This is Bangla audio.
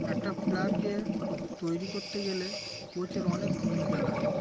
একটা প্লেয়ারকে তৈরি করতে গেলে কোচের অনেক ভূমিকা লাগে